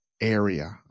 area